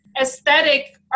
aesthetic